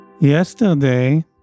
yesterday